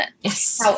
Yes